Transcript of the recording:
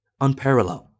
unparalleled